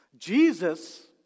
Jesus